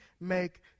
make